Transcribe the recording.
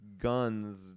guns